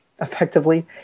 effectively